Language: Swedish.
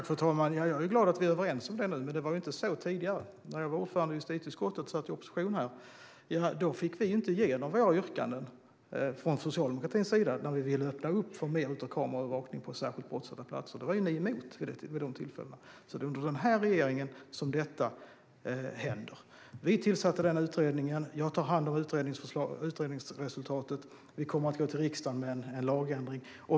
Fru talman! Jag är glad att vi är överens om det nu. Men det var inte så tidigare. När jag var ordförande i justitieutskottet och satt i opposition här fick vi inte igenom våra yrkanden från socialdemokratins sida när vi ville öppna upp för mer kameraövervakning på särskilt brottsutsatta platser. Det var ni emot vid dessa tillfällen. Det är under denna regering som detta händer. Vi tillsatte utredningen. Jag tar hand om utredningsresultat. Vi kommer att gå till riksdagen med förslag om en lagändring.